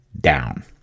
down